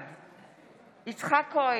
בעד יצחק כהן,